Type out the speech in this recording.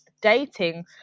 dating